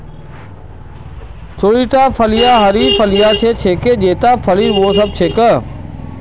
चौड़ीटा फलियाँ हरी फलियां ह छेक जेता फलीत वो स छेक